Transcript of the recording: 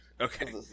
Okay